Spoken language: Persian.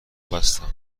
بستم